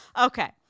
okay